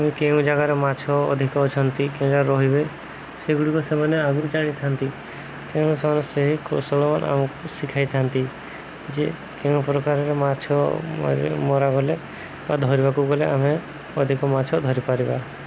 ଓ କେଉଁ ଜାଗାରେ ମାଛ ଅଧିକ ଅଛନ୍ତି କେଉଁ ଜାଗାରେ ରହିବେ ସେଗୁଡ଼ିକ ସେମାନେ ଆଗରୁ ଜାଣିଥାନ୍ତି ତେଣୁମାନେ ସେହି କୌଶଳମାନ ଆମକୁ ଶିଖାଇଥାନ୍ତି ଯେ କେଉଁ ପ୍ରକାରରେ ମାଛ ମରା ଗଲେ ବା ଧରିବାକୁ ଗଲେ ଆମେ ଅଧିକ ମାଛ ଧରିପାରିବା